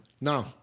No